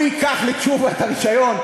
הוא ייקח לתשובה את הרישיון?